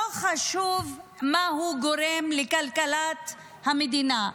לא חשוב מה הוא גורם לכלכלת המדינה,